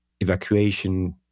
evacuation